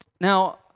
Now